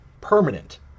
permanent